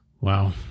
Wow